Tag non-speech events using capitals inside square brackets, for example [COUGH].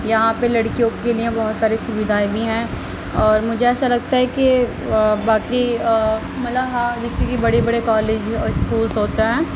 یہاں پہ لڑکیوں کے لیے بہت ساری سوودھائیں بھی ہیں اور مجھے ایسا لگتا ہے کہ باقی [UNINTELLIGIBLE] جیسے کہ بڑے بڑے کالج اور اسکولز ہوتے ہیں